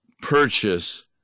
purchase